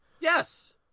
Yes